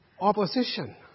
opposition